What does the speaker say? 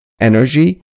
Energy